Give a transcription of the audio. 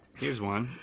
here's one.